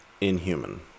inhuman